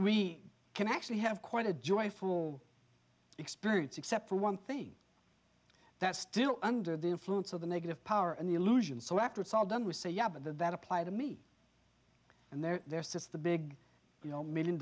we can actually have quite a joyful experience except for one thing that's still under the influence of the negative power and the illusion so after it's all done we say yeah but that apply to me and there's just the big you know million